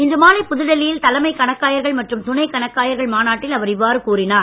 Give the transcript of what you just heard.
இன்று மாலை புதுடெல்லியில் தலைமை கணக்காயர்கள் மற்றும் துணைக் கணக்காயர்கள் மாநாட்டில் அவர் இவ்வாறு கூறினார்